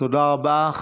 תודה רבה.